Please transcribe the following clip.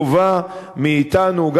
גובה מאתנו,